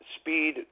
speed